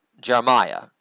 Jeremiah